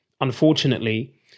unfortunately